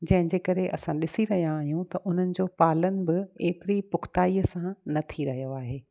जंहिंजे करे असां ॾिसी रहिया आहियूं त उन्हनि जो पालन ब एतिरी पुखताईअ सां न थी रहियो आहे